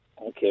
Okay